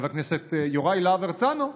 חבר הכנסת יורם להב הרצנו,